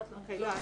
לא,